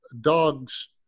dogs